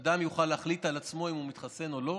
אדם יוכל להחליט על עצמו אם הוא מתחסן או לא,